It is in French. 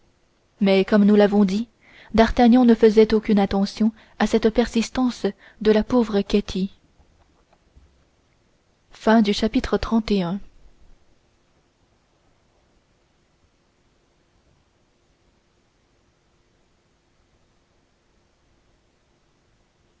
mais comme nous l'avons dit d'artagnan ne faisait aucune attention à cette persistance de la pauvre ketty chapitre